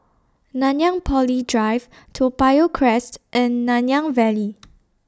Nanyang Poly Drive Toa Payoh Crest and Nanyang Valley